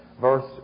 verse